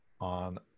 on